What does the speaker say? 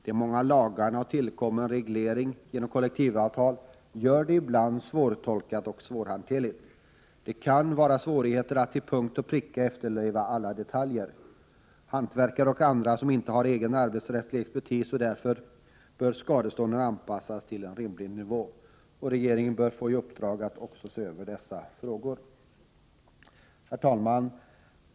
De många lagarna och tillkommen reglering genom kollektivavtal gör det ibland svårtolkat och svårhanterligt. Det kan vara svårigheter att till punkt och pricka efterleva alla detaljer. Hantverkare och andra har inte egen arbetsrättslig expertis, och därför bör skadestånden anpassas till en rimlig nivå. Regeringen bör få i uppdrag att också se över dessa frågor. Herr talman!